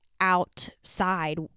outside